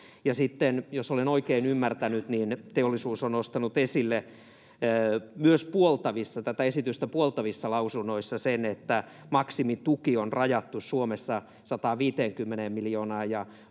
jos olen oikein ymmärtänyt, niin teollisuus on nostanut esille myös tätä esitystä puoltavissa lausunnoissa sen, että maksimituki on rajattu Suomessa 150 miljoonaan,